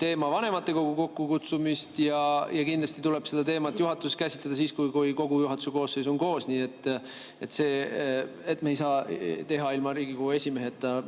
teema vanematekogu kokkukutsumist ja kindlasti tuleb seda teemat juhatuses käsitleda siis, kui kogu juhatuse koosseis on koos, sest me ei saa ilma Riigikogu esimeheta